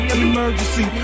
emergency